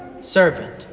servant